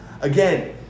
Again